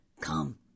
Come